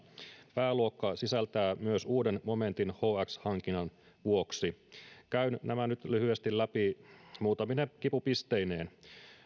pääluokka sisältää myös uuden momentin hx hankinnan vuoksi käyn nämä nyt lyhyesti läpi muutamine kipupisteineen